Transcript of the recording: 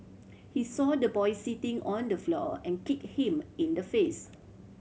he saw the boy sitting on the floor and kicked him in the face